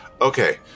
Okay